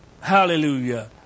Hallelujah